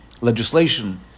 legislation